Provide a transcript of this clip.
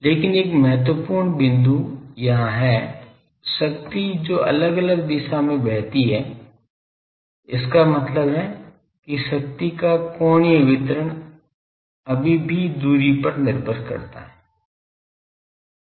लेकिन एक महत्वपूर्ण बिंदु यहाँ है शक्ति जो अलग अलग दिशा में बहती है इसका मतलब है कि शक्ति का कोणीय वितरण अभी भी दूरी पर निर्भर करता है